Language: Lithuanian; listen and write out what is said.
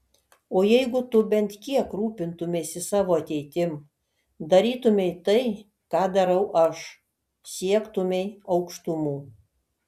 o jeigu tu bent kiek rūpintumeisi savo ateitim darytumei tai ką darau aš siektumei aukštumų